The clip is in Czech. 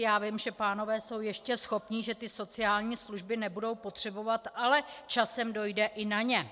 Já vím, že pánové jsou ještě schopní, že ty sociální služby nebudou potřebovat, ale časem dojde i na ně.